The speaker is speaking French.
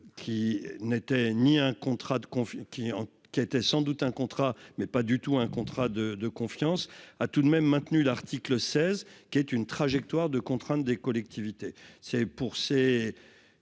qui était sans doute un contrat mais pas du tout un contrat de 2 confiance à tout de même maintenu l'article 16 qui est une trajectoire de contraintes des collectivités,